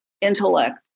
intellect